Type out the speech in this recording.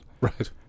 Right